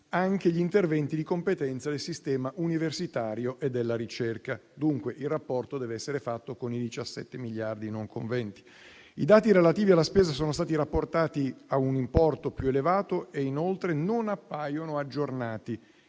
anche gli interventi di competenza del sistema universitario e della ricerca. Dunque il rapporto deve essere fatto con riferimento a 17 miliardi e non 20. I dati relativi alla spesa sono stati rapportati a un importo più elevato e inoltre non appaiono aggiornati,